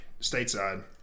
stateside